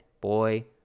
boy